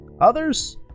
Others